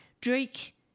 Drake